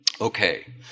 Okay